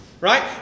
Right